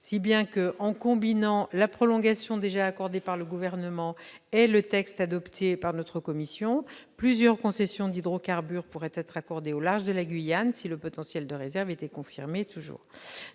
Ainsi, en combinant la prolongation déjà accordée par le Gouvernement et le texte adopté par votre commission, plusieurs concessions d'hydrocarbures pourraient être accordées au large de la Guyane si le potentiel de réserves était confirmé. Pour